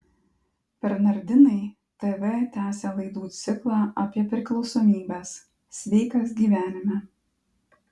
bernardinai tv tęsia laidų ciklą apie priklausomybes sveikas gyvenime